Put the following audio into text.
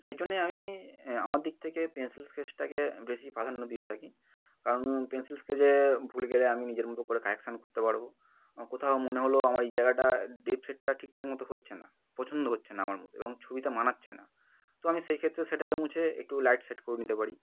সেই জন্যে আমি আমার দিক থেকে পেনসিল স্কেচটাকে বেশি প্রাধান্য দিয়ে থাকি কারণ পেনসিল স্কেচে ভুল গেলে আমি নিজের মতো করে কারেকশান করতে পারবো কোথাও মনে হলো আমার এই জায়গাটা ডিপ শেডটা ঠিকঠাক মতো হচ্ছে না পছন্দ হচ্ছে না আমার মতো এবং ছবিতে মানাচ্ছে না তো আমি সেই ক্ষেত্রে সেটাকে মুছে একটু লাইট শেড করে নিতে পারি